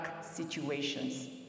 situations